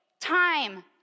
time